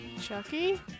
Chucky